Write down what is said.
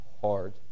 hard